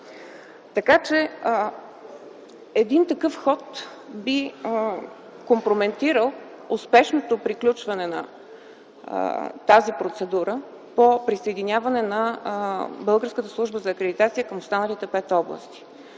Така че един такъв ход би компрометирал успешното приключване на тази процедура по присъединяване на Българската служба